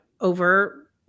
over